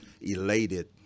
elated